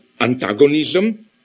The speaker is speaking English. antagonism